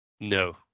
No